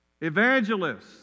Evangelists